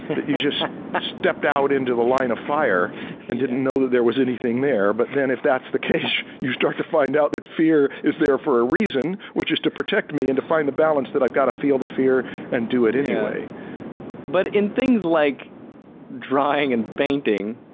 that you just stepped out into the line of fire and didn't know that there was anything there but then if that's the case, you start to find out that fear is there for a reason which is to protect me and to find the balance that i've got to feel the fear and do it anyway. stan but in things like drawing and painting,